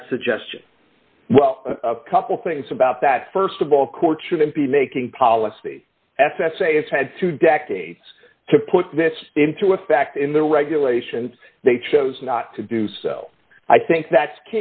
that suggestion well a couple things about that st of all court shouldn't be making policy s s a s had two decades to put this into effect in the regulations they chose not to do so i think that's